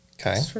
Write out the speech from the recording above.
Okay